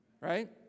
right